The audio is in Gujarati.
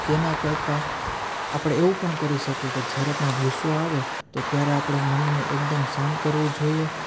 તેના કરતાં આપણે એવું પણ કરી શકીએ કે જ્યારે પણ ગુસ્સો આવે તો ત્યારે આપણા મનને એકદમ શાંત કરવું જોઈએ